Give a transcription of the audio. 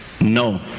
no